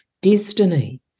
destiny